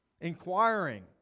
inquiring